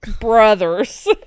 Brothers